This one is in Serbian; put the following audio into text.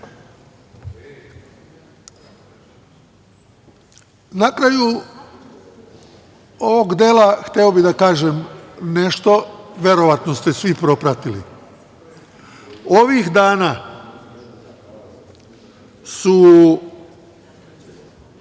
kraju ovog dela hteo bih da kažem nešto, verovatno ste svi propratili, ovih dana su